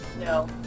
No